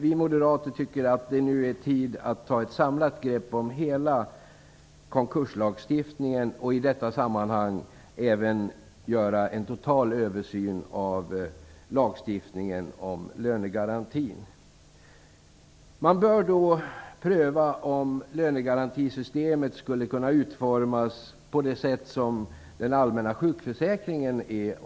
Vi moderater tycker att det är dags att ta ett samlat grepp om hela konkurslagstiftningen och i det sammanhanget göra en total översyn av lagstiftningen om lönegarantin. Man bör då pröva om lönegarantisystemet skulle kunna utformas på samma sätt som den allmänna sjukförsäkringen.